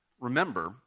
remember